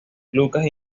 lucas